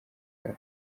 yayo